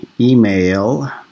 email